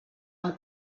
amb